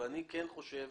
ואני כן חושב